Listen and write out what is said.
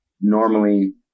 normally